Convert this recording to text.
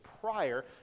prior